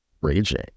raging